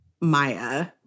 Maya